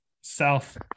South